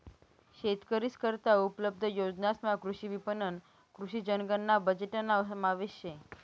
शेतकरीस करता उपलब्ध योजनासमा कृषी विपणन, कृषी जनगणना बजेटना समावेश शे